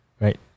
Right